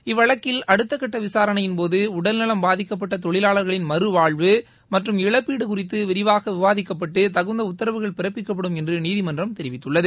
இவ்வழக்கில் அடுத்தக்கட்ட விசாரணையின் போது உடல்நலம் பாதிக்கப்பட்ட தொழிலாளர்களின் மறுவாழ்வு மற்றும் இழப்பீடு குறித்து விரிவாக விவாதிக்கப்பட்டு தகுந்த உத்தரவுகள் பிறப்பிக்கப்படும் என்று நீதிமன்றம் தெரிவித்துள்ளது